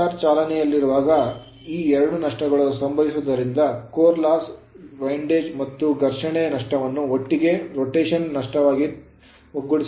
motor ಚಾಲನೆಯಲ್ಲಿರುವಾಗ ಈ ಎರಡೂ ನಷ್ಟಗಳು ಸಂಭವಿಸುವುದರಿಂದ ಕೋರ್ ಲಾಸ್ ವಿಂಡೇಜ್ ಮತ್ತು ಘರ್ಷಣೆ ನಷ್ಟವನ್ನು ಒಟ್ಟಿಗೆ ರೊಟೇಶನ್ ನಷ್ಟವಾಗಿ ಒಟ್ಟುಗೂಡಿಸಲಾಗಿದೆ